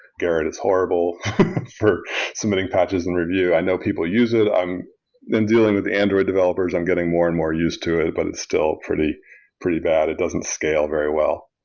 gerrit is horrible for submitting patches and review. i know people use it. i've been dealing with android developers. i'm getting more and more used to it, but it's still pretty pretty bad. it doesn't scale very well.